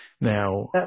Now